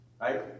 Right